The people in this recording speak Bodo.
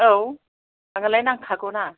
औ आंनोलाय नांखागौना